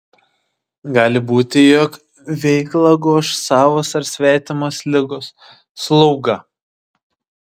gali būti jog veiklą goš savos ar svetimos ligos slauga